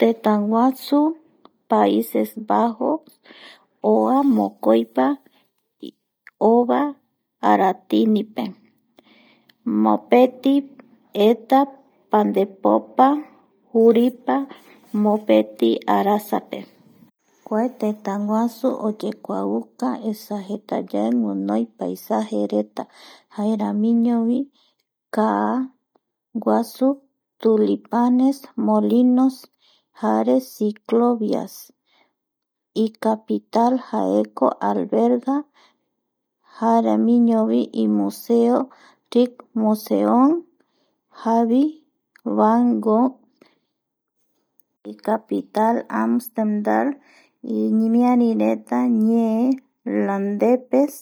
Tëtäguasu paises bajo oa mokoipa ova aratinipe mopeti eta pandepopa juripa mopeti arasape, kua tëtäguasu oyekuauka ea jetayae guinoi je reta jaeramiñovi kaaguasu tulipanes molinos jare siclovias icapital jaeko alberga jaeramiñovi imuseo ticmuseon javii vangood icapital amstedrerm imiarireta ñee landespe